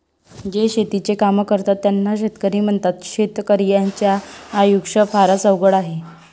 जे शेतीचे काम करतात त्यांना शेतकरी म्हणतात, शेतकर्याच्या आयुष्य फारच अवघड आहे